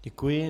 Děkuji.